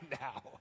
now